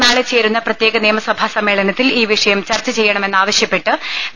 നാളെ ചേരുന്ന പ്രത്യേക നിയമസഭാ സമ്മേളനത്തിൽ ഈ വിഷയം ചർച്ചചെയ്യണമെന്നാവശ്യപ്പെട്ട് വി